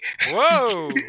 Whoa